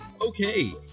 Okay